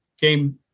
game